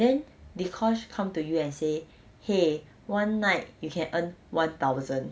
then dee kosh come to you and say !hey! one night you can earn one thousand